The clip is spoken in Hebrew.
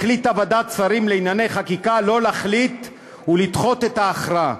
החליטה ועדת השרים לענייני חקיקה שלא להחליט ולדחות את ההכרעה.